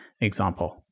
example